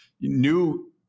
new